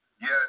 Yes